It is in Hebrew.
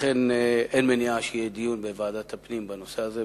לכן אין מניעה שיהיה דיון בוועדת הפנים בנושא הזה.